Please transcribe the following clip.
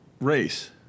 race